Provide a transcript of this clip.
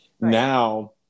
now